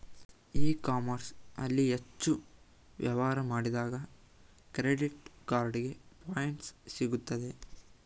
E commerce ಅಲ್ಲಿ ಹೆಚ್ಚು ವ್ಯವಹಾರ ಮಾಡಿದಾಗ ಕ್ರೆಡಿಟ್ ಕಾರ್ಡಿಗೆ ಪಾಯಿಂಟ್ಸ್ ಸಿಗುತ್ತದೆ